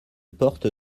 porte